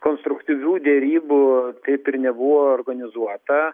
konstruktyvių derybų kaip ir nebuvo organizuota